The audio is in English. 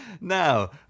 Now